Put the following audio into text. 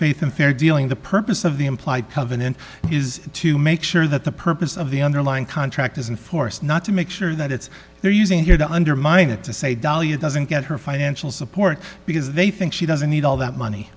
faith and fair dealing the purpose of the implied covenant is to make sure that the purpose of the underlying contract is in force not to make sure that it's they're using here to undermine it to say dalia doesn't get her financial support because they think she doesn't need all that money